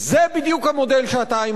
זה בדיוק המודל שאתה אימצת,